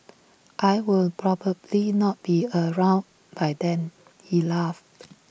I will probably not be around by then he laughed